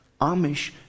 Amish